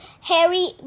Harry